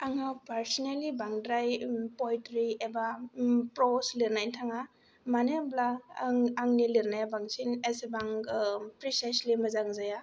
आङो पार्चनेलि बांद्राय पइट्रि एबा प्रज लिरनाय थाङा मानो होमब्ला आं आंनि लिरनाया बांसिन एसेबां प्रिसाइसलि मोजां जाया